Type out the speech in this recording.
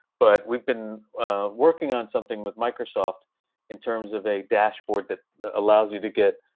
but we've been working on something with microsoft in terms of a dashboard that allows you to get